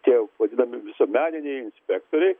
tie jau vadinami visuomeniniai inspektoriai